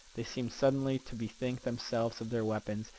they seemed suddenly to bethink themselves of their weapons,